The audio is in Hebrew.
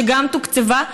שגם תוקצבה,